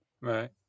Right